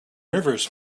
rivers